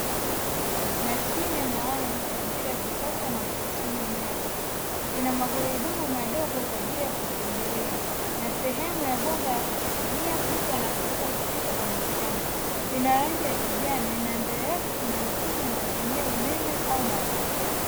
Mashine maalumu kwa ajili ya kukata na kukusanya nyasi. Ina magurudumu madogo kwa ajili ya kuetembelea na sehemu ya bomba ya kushikilia mtu anapoweza kupita kwenye shamba. Ina rangi ya kijani na mbele yake kuna mifumo inayotumia umeme au mafuta.